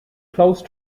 close